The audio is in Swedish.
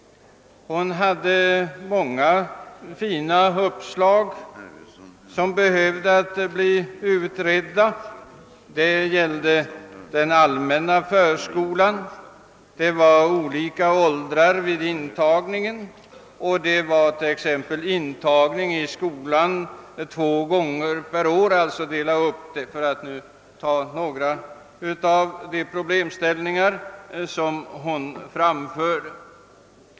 Hon hade många bra uppslag som behöver bli utredda. Det gäller den allmänna förskolan, olika åldrar vid intagning, intagning i skolan två gånger per år, alltså en uppdelning, för att nu nämna några av de problemställningar hon framförde.